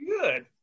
good